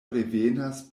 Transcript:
revenas